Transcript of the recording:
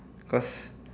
because